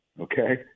okay